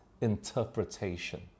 interpretation